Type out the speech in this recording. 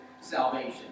salvation